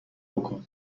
بکن